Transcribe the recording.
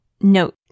Note